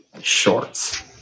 shorts